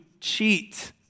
cheat